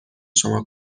شما